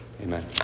Amen